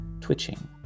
twitching